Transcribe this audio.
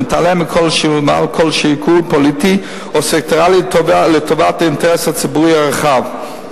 המתעלה מעל כל שיקול פוליטי או סקטוריאלי לטובת האינטרס הציבורי הרחב.